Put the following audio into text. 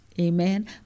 amen